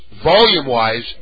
Volume-wise